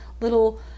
little